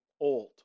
old